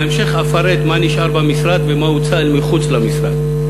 בהמשך אפרט מה נשאר במשרד ומה הוצא אל מחוץ למשרד.